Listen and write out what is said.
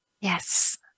Yes